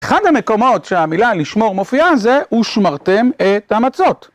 אחד המקומות שהמילה לשמור מופיעה זה, ושמרתם את המצות.